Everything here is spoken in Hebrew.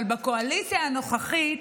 אבל בקואליציה הנוכחית